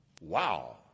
Wow